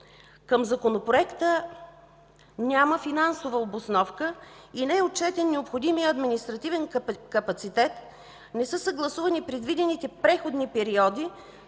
Към Законопроекта няма финансова обосновка и не е отчетен необходимият административен капацитет, не са съгласувани предвидените преходни периоди